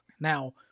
Now